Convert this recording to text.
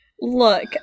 Look